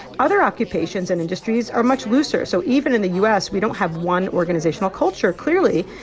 other occupations and industries are much looser. so even in the u s, we don't have one organizational culture, clearly.